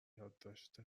یادداشت